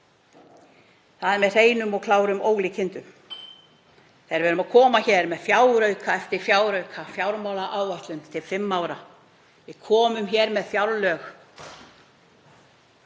Það er með hreinum og klárum ólíkindum þegar við komum hér með fjárauka eftir fjárauka, fjármálaáætlun til fimm ára, við komum hér með fjárlög